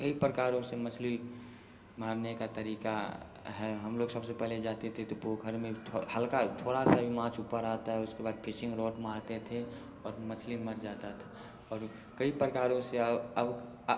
कई प्रकारों से मछली मारने का तरीका है हम लोग सबसे पहले जाते थे तो पोखर में हल्का थोड़ा सा भी माछ ऊपर आता है उसके बाद फिशिंग रॉड मारते थे और मछली मर जाता था और कई प्रकारों से अब अब